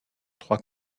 trois